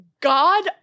God